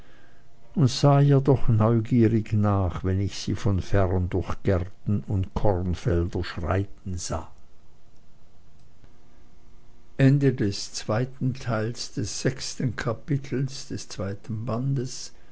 und sah ihr doch neugierig nach wenn ich sie von fern durch gärten und kornfelder schreiten sah